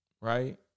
Right